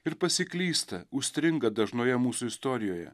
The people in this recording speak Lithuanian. ir pasiklysta užstringa dažnoje mūsų istorijoje